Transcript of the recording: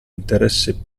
interesse